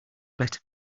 better